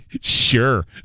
sure